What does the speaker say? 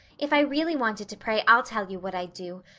if i really wanted to pray i'll tell you what i'd do.